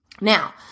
Now